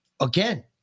Again